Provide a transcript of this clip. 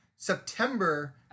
September